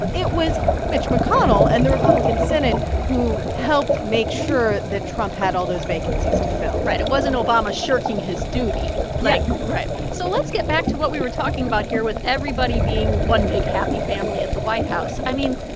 it was mitch mcconnell and the republican senate who helped make sure that trump had all those vacancies to fill right. it wasn't obama shirking his duty. like. yeah right. so let's get back to what we were talking about here with everybody being one big, happy family at the white house. i mean,